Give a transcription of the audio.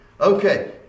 Okay